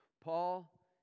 Paul